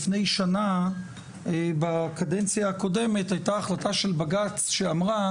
לפני שנה בקדנציה הקודמת הייתה החלטה של בג"ץ שאמרה